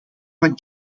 van